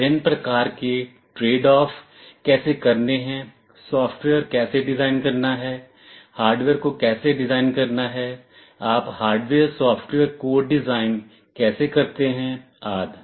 विभिन्न प्रकार के ट्रेडऑफ़ कैसे करने हैं सॉफ़्टवेयर कैसे डिज़ाइन करना है हार्डवेयर को कैसे डिज़ाइन करना है आप हार्डवेयर सॉफ़्टवेयर कोड डिज़ाइन कैसे करते हैं आदि